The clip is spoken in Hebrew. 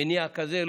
מניע כזה,